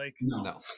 No